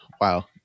wow